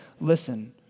listen